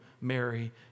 Mary